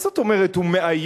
מה זאת אומרת "הוא מאיים"?